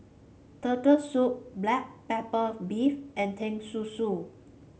Turtle Soup Black Pepper Beef and Teh Susu